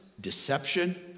deception